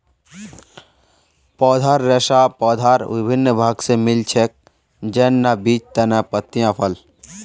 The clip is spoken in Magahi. पौधार रेशा पौधार विभिन्न भाग स मिल छेक, जैन न बीज, तना, पत्तियाँ, फल